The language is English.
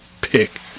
pick